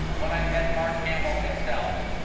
when i met mark hamill himself,